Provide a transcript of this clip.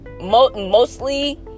mostly